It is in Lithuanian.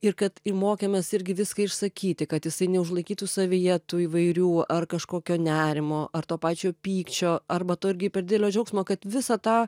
ir kad ir mokėmės irgi viską išsakyti kad jisai neužlaikytų savyje tų įvairių ar kažkokio nerimo ar to pačio pykčio arba to irgi per dilio džiaugsmo kad visą tą